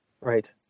Right